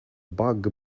bug